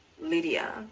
lydia